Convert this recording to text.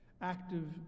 Active